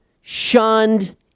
shunned